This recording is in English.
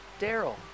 Daryl